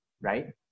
right